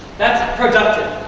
that's productive.